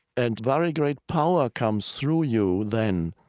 and very great power comes through you then.